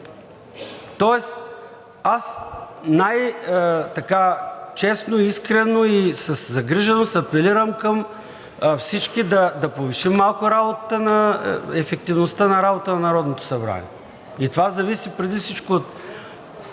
Тоест аз най-честно, искрено и със загриженост апелирам към всички да повишим малко ефективността на работата на Народното събрание. И това зависи преди всичко от